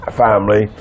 family